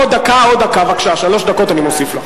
אני מודה לך, חבר הכנסת אלסאנע, רק להגיד לך